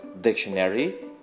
dictionary